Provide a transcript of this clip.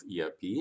ERP